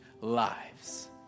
lives